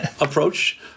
approach